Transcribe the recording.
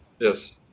yes